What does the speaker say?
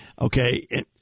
Okay